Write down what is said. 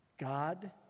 God